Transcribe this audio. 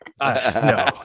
No